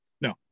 No